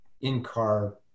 in-car